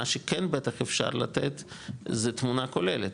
מה שכן בטח אפשר לתת זה תמונה כוללת,